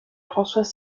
françois